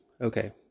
Okay